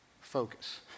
focus